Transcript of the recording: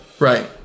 Right